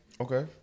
Okay